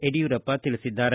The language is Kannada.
ಯಡಿಯೂರಪ್ಪ ತಿಳಿಸಿದ್ದಾರೆ